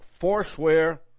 forswear